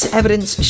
evidence